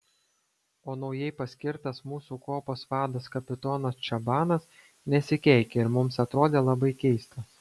o naujai paskirtas mūsų kuopos vadas kapitonas čabanas nesikeikė ir mums atrodė labai keistas